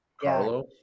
Carlo